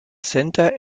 center